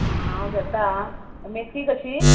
आ हांव घेता आ मेथी कशी